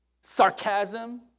sarcasm